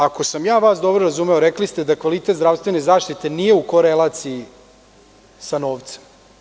Ako sam ja vas dobro razumeo, rekli ste da kvalitet zdravstvene zaštite nije u korelaciji sa novcem.